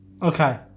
Okay